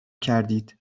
کردید